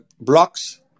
blocks